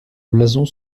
blason